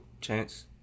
Chance